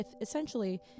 essentially